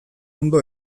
ondo